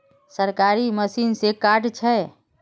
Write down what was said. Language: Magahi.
सरकारी मशीन से कार्ड छै?